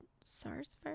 sars